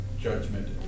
judgment